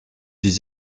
des